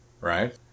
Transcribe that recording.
right